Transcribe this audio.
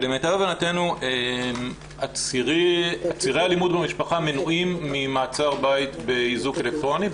למיטב הבנתנו עצירי אלימות במשפחה מנועים ממעצר בית באיזוק אלקטרוני,